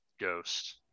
Ghost